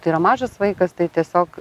tai yra mažas vaikas tai tiesiog